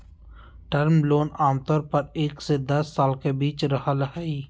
term loan आमतौर पर एक से दस साल के बीच रहय हइ